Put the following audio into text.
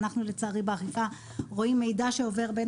ואנחנו לצערי באכיפה רואים מידע שעובר בין